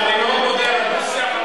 אני מאוד מודה על הדו-שיח.